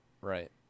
right